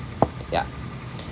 ya